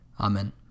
Amen